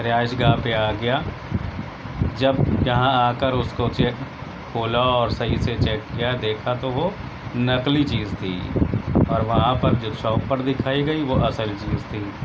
رہائش گاہ پہ آ گیا جب یہاں آ کر اس کو چیک کھولا اور اسے صحیح سے چیک کیا دیکھا تو وہ نقلی چیز تھی اور وہاں پر جو شاپ پر دکھائی گئی وہ اصل چیز تھی